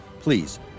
Please